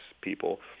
people